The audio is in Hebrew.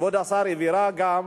כבוד השר, העבירה גם